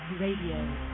radio